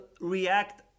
react